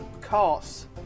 costs